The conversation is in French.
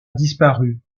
disparu